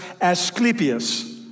Asclepius